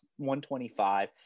125